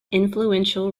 influential